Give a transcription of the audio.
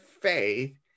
faith